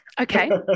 Okay